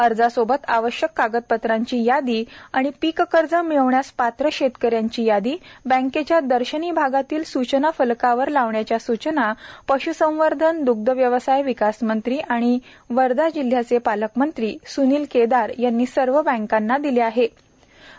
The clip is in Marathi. अर्जासोबत आवश्यक कागदपत्रांची यादी आणि पीक कर्ज मिळण्यास पात्र शेतक यांची यादी बँकेंच्या दर्शनी भागातील सूचना फलकावर लावण्याच्या सुचना पश्संवर्धन आणि दुग्धव्यवसाय विकास मंत्री तथा जिह्याचे पालकमंत्री स्नील केदार यांनी सर्व बँकांना दिल्यात